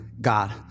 God